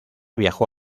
viajó